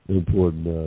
important